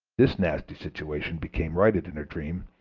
this nasty situation became righted in her dream,